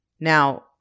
Now